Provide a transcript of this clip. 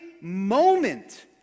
moment